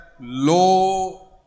low